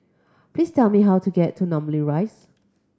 please tell me how to get to Namly Rise